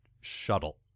shuttle